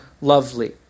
lovely